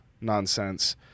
nonsense